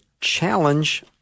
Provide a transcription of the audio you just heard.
challenge